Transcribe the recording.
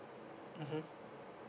mmhmm